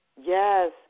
Yes